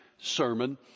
sermon